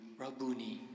Rabuni